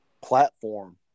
platform